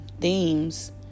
themes